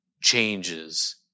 changes